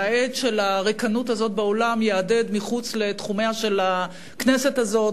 וההד של הריקנות הזאת באולם יהדהד מחוץ לתחומיה של הכנסת הזאת,